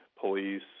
police